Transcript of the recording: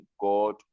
god